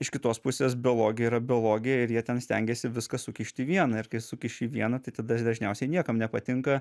iš kitos pusės biologija yra biologija ir jie ten stengiasi viską sukišt į vieną ir kai sukiši į vieną tai tada dažniausiai niekam nepatinka